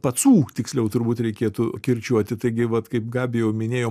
pacų tiksliau turbūt reikėtų kirčiuoti taigi vat kaip gabija jau minėjo